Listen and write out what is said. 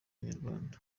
inyarwanda